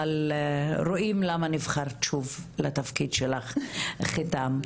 אבל רואים למה נבחרת שוב לתפקיד שלך חתאם.